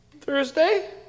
Thursday